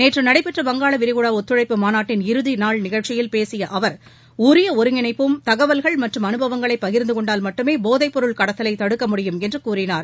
நேற்று நடைபெற்ற வங்காள விரிகுடா ஒத்துழைப்பு மாநாட்டின் இறுதி நாள் நிகழ்ச்சியில் பேசிய அவர் உரிய ஒருங்கிணைப்பும் தகவல்கள் மற்றும் அனுபவங்களை பகிர்ந்து கொண்டால் மட்டுமே போதை பொருள் கடத்தலை தடுக்க முடியும் என்று கூறினார்